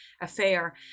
affair